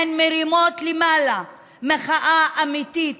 והן מרימות למעלה מחאה אמיתית,